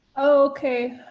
ok.